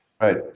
Right